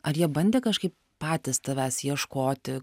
ar jie bandė kažkaip patys tavęs ieškoti